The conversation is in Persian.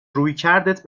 رویکردت